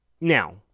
Now